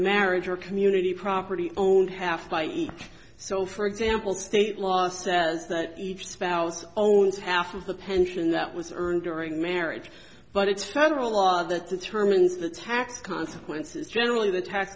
marriage are community property owned half by each so for example state law says that each spouse owns half of the pension that was earned during marriage but it's federal law that determines the tax consequences generally the t